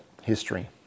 history